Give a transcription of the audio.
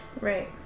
Right